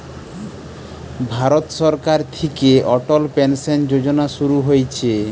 ভারত সরকার থিকে অটল পেনসন যোজনা শুরু হইছে